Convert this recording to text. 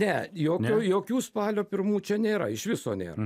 ne jokio jokių spalio pirmų čia nėra iš viso nėra